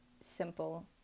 simple